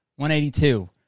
182